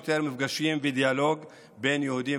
המשותפים בין יהודים